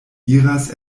iras